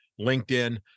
LinkedIn